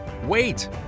Wait